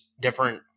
different